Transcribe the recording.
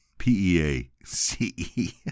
P-E-A-C-E